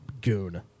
goon